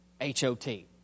H-O-T